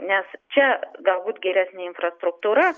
nes čia galbūt geresnė infrastruktūra